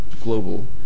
global